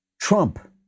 Trump